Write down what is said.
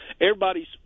Everybody's